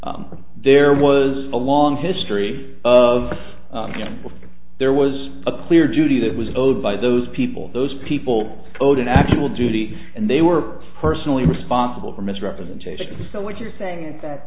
a there was a long history of there was a clear duty that was owed by those people those people owed an actual duty and they were personally responsible for misrepresentation so what you're saying is that